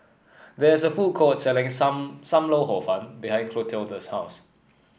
there is a food court selling sam Sam Lau Hor Fun behind Clotilda's house